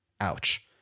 Ouch